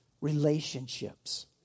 relationships